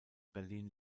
berlin